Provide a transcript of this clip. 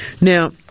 Now